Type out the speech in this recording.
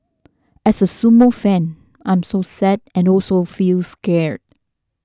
as a sumo fan I am so sad and also feel scared